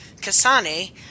kasane